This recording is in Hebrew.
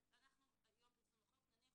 אלה